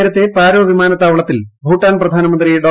നേരത്തെ പാരോ വിമാനത്താവളത്തിൽ ഭൂട്ടാൻ പ്രധാനമന്ത്രി ഡോ